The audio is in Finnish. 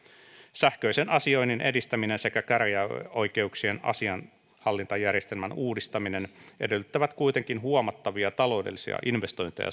sähköisen asioinnin edistäminen sekä käräjäoikeuksien asianhallintajärjestelmän uudistaminen edellyttävät kuitenkin huomattavia taloudellisia investointeja